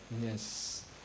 Yes